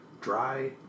dry